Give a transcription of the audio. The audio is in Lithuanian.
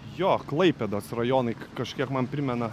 jo klaipėdos rajonai kažkiek man primena